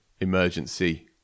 emergency